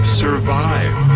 survive